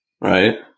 Right